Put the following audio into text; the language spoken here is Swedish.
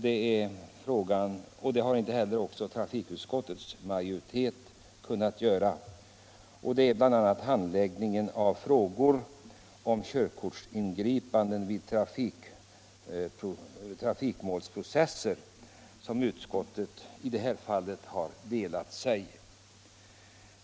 Det har heller inte trafikutskottets majoritet kunnat göra. Det gäller handläggningen av frågor som rör körkortsingripanden vid trafikmålsprocesser. Där har utskottet delat sig.